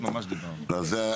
ממש דיברנו על זה.